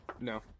No